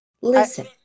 Listen